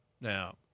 Now